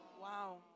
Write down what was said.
Wow